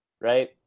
right